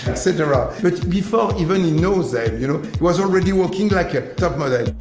cetera. but before even he knows that you know he was already walking like a top model.